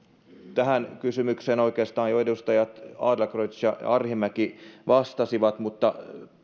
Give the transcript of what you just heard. tähän kysymykseen oikeastaan jo edustajat adlercreutz ja arhinmäki vastasivat mutta